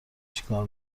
چیکار